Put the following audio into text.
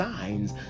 signs